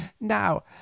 now